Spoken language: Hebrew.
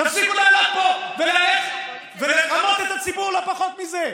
תפסיקו לעמוד פה ולרמות, לא פחות מזה,